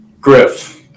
Griff